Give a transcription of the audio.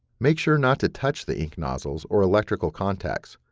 make sure not to touch the ink nozzles or electrical contacts.